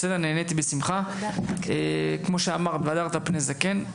נעניתי בשמחה, כמו שאמרת "והדרת פני זקן".